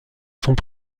sont